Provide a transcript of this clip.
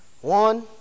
One